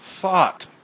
thought